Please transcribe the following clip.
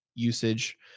usage